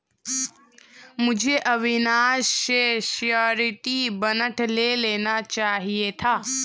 मुझे अविनाश से surety bond ले लेना चाहिए था